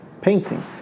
painting